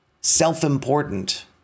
self-important